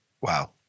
Wow